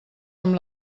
amb